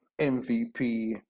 MVP